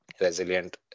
resilient